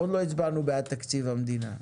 עוד לא הצבענו בעד תקציב המדינה.